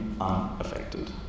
unaffected